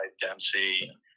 Dempsey